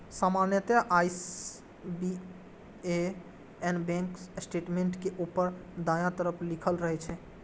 सामान्यतः IBAN bank statement के ऊपर दायां तरफ लिखल रहै छै